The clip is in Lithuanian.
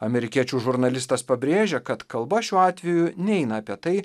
amerikiečių žurnalistas pabrėžia kad kalba šiuo atveju neina apie tai